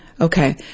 okay